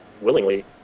willingly